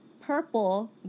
purple